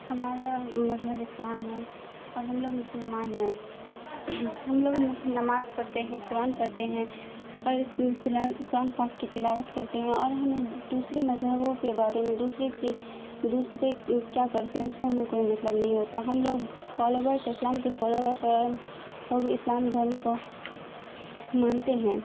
ہمارا مذہب اسلام ہیں اور ہم لوگ مسلمان ہیں ہم لوگ نماز پڑھتے ہیں قرآن پڑھتے ہیں اور قرآن پاک کی تلاوت کرتے ہیں اور ہمیں دوسرے مذہبوں کے بارے میں دوسرے دوسرے کیا کرتے ہیں اسے ہمیں کوئی مطلب نہیں ہوتا ہم لوگ فالوورس اسلام کے فالوورس اور لوگ اسلام دھرم کو مانتے ہیں